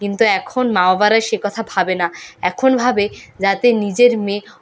কিন্তু এখন মা বাবারা সে কথা ভাবে না এখন ভাবে যাতে নিজের মেয়ে